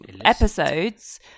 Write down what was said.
episodes